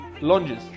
lunges